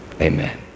Amen